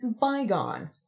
bygone